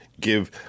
Give